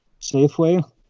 Safeway